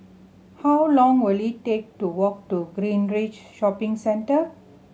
how long will it take to walk to Greenridge Shopping Centre